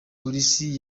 polisi